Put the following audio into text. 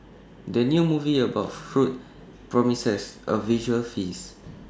the new movie about food promises A visual feast